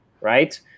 right